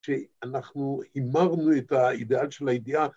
כשאנחנו הימרנו את האידאל של הידיעה